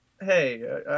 hey